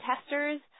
testers